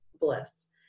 bliss